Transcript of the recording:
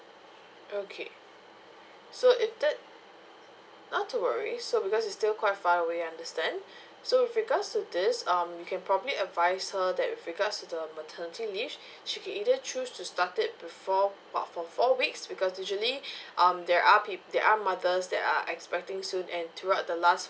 okay so if that not to worry so because it's still quite far away I understand so with regards to this um you can probably advise her that with regards to the maternity leave she can either choose to start it before fo~ for four weeks because usually um there are p~ there are mothers that are expecting soon and throughout the last